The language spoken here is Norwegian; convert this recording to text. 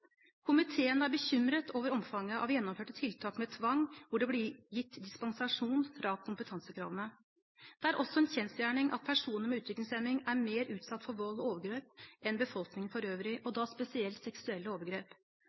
Komiteen er bekymret over omfanget av gjennomførte tiltak med tvang hvor det blir gitt dispensasjon fra kompetansekravene. Det er også en kjensgjerning at personer med utviklingshemning er mer utsatt for vold og overgrep enn befolkningen for øvrig, og da spesielt seksuelle overgrep.